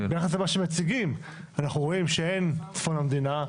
ביחס למה שמציגים אנחנו רואים שאין צפון המדינה,